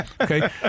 Okay